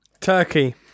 Turkey